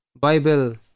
Bible